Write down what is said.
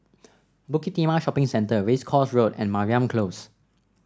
Bukit Timah Shopping Centre Race Course Road and Mariam Close